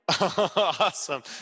Awesome